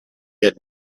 had